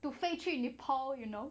to 飞去 nepal you know